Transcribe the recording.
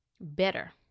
better